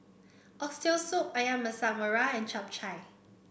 Oxtail Soup ayam Masak Merah and Chap Chai